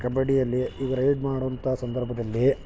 ಕಬಡ್ಡಿಯಲ್ಲಿ ಈಗ ರೈಡ್ ಮಾಡುವಂಥ ಸಂದರ್ಭದಲ್ಲಿ